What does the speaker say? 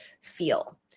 feel